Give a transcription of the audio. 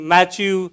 Matthew